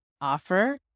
offer